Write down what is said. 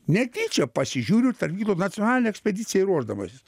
netyčia pasižiūriu tarp kitko nacionalinei ekspedicijai ruošdamasis